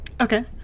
okay